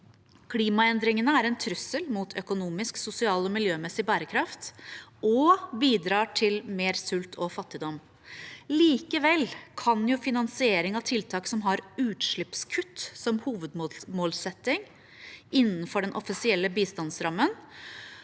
Klimaendringene er en trussel mot økonomisk, sosial og miljømessig bærekraft og bidrar til mer sult og fattigdom. Likevel kan finansiering av tiltak som har utslippskutt som hovedmålsetting innenfor den offisielle bistandsrammen,